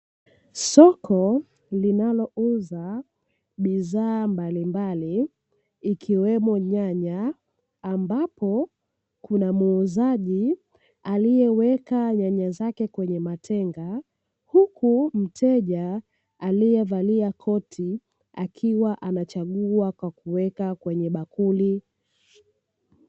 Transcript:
Soko linalouza bidhaa mbalimbali ikiwemo nyanya, ambapo kuna muuzaji aliyeweka nyanya zake kwenye matenga, huku mteja aliyevalia koti akiwa anachagua kwa kuweka kwenye bakuli.